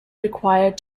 required